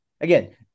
Again